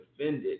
offended